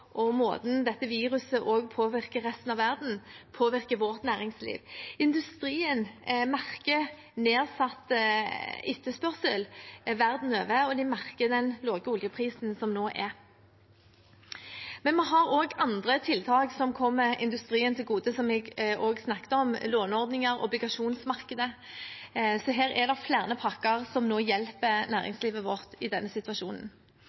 måten dette viruset påvirker resten av verden på, påvirker vårt næringsliv. Industrien merker nedsatt etterspørsel verden over, og de merker den lave oljeprisen som er nå. Vi har også andre tiltak som kommer industrien til gode, som jeg snakket om: låneordninger, obligasjonsmarkedet. Her er det flere pakker som hjelper næringslivet vårt i denne situasjonen.